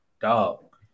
Dog